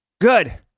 Good